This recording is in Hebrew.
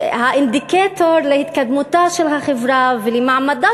האינדיקטור להתקדמותה של החברה ולמעמדה